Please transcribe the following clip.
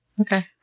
Okay